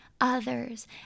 others